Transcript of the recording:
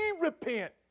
repent